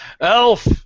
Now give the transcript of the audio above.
Elf